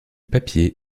papier